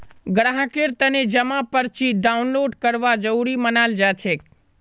ग्राहकेर तने जमा पर्ची डाउनलोड करवा जरूरी मनाल जाछेक